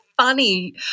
funny